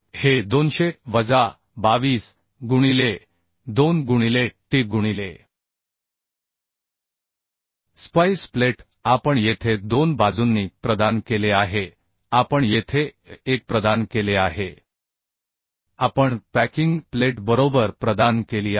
हे 200 वजा 22 गुणिले 2 गुणिले t गुणिले स्पाईस प्लेट आपण येथे दोन बाजूंनी प्रदान केले आहे आपण येथे एक प्रदान केले आहे आपण पॅकिंग प्लेट बरोबर प्रदान केली आहे